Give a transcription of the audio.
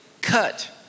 cut